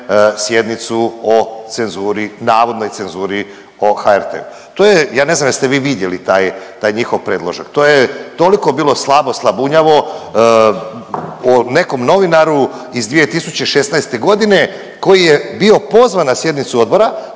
sjednicu o cenzuri, navodnoj cenzuri o HRT-u. To je, ja ne znam jeste vi vidjeli taj, taj njihov predložak. To je, toliko bilo slabo, slabunjavo, o nekom novinaru iz 2016. g. koji je bio pozvan na sjednicu odbora